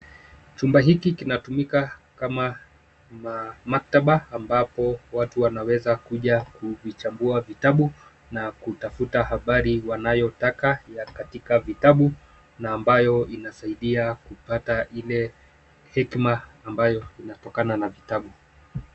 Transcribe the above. Chumba hiki kinatumika kama maktaba ambapo watu wanaweza kuja kuvichambua vitabu na Kutafuta habari wanayotaka ya katika vitabu na ambayo inasaidia kupata ile hekima ambayo inatokana na vitabu.